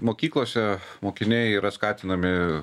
mokyklose mokiniai yra skatinami